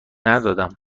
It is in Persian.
ندادم